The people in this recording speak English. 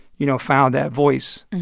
you know found that voice.